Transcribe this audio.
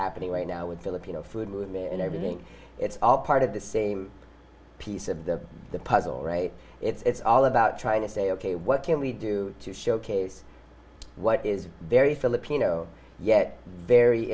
happening right now with filipino food movement and everything it's all part of the same piece of the puzzle right it's all about trying to say ok what can we do to showcase what is very filipino yet very